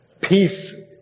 peace